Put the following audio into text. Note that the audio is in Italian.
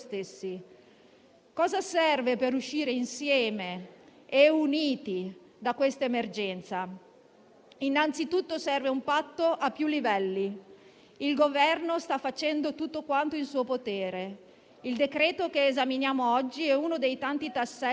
caratterizzata da responsabilità, velocità di intervento e misure emergenziali e strutturali in ogni settore coinvolto. Anche il Parlamento ha dato il suo importante contributo. In particolare, il Gruppo MoVimento 5 Stelle durante l'esame in Commissione